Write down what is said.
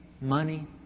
money